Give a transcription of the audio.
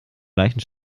gleichen